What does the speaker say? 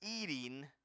eating